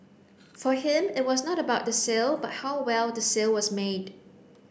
for him it was not about the sale but how well the sale was made